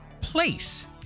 place